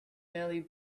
barely